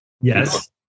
Yes